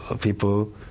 people